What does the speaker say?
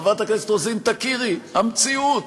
חברת הכנסת רוזין, תכירי, המציאות.